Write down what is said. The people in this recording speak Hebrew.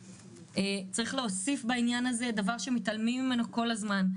צריך להוסיף בעניין הזה דבר שמתעלמים ממנו כל הזמן,